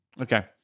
Okay